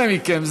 אנא מכם,